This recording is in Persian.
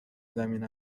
زمین